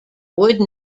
would